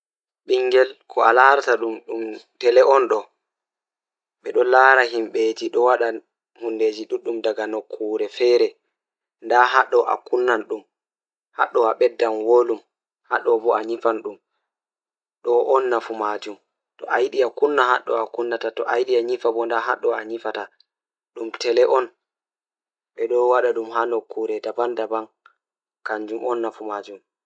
Ko nafaade e dow waawde ɗiɗi. Nde ɗiɗi woni ko njelɓe e ngelɗi baafal ngal. Nde waɗi ko siwal ngal, fota ngam nder ndiyam, tawa ngal suusiiwa. Yimɓe seeɗi njiyataa e ndiyam. E njooɗi sepi haala.